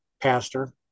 pastor